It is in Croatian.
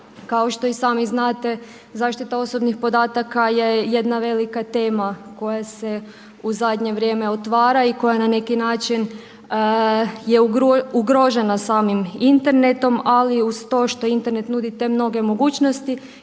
Kao što i sami znate zaštita osobnih podataka je jedna velika tema koja se u zadnje vrijeme otvara i koja na neki način je ugrožena samim internetom, ali uz to što Internet nudi te mnoge mogućnosti